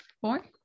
four